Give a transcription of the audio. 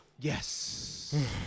Yes